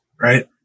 Right